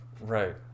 Right